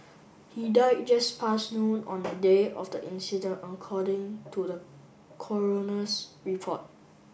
he died just past noon on the day of the incident according to the coroner's report